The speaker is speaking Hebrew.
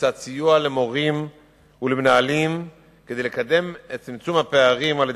בצד סיוע למורים ולמנהלים כדי לקדם את צמצום הפערים על-ידי